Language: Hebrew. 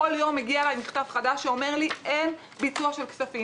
כל יום מגיע אליי מכתב חדש שאומר לי: אין ביצוע של כספים.